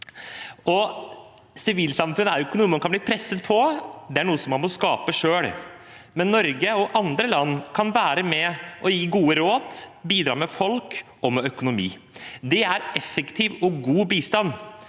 Sivilsamfunn er ikke noe man kan bli pådyttet, det er noe man må skape selv. Men Norge og andre land kan være med og gi gode råd, bidra med folk og med økonomi. Det er effektiv og god bistand.